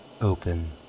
open